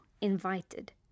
invited